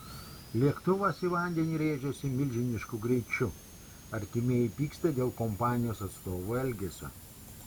lėktuvas į vandenį rėžėsi milžinišku greičiu artimieji pyksta dėl kompanijos atstovų elgesio